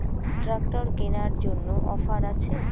Tractor কেনার জন্য offer আছে?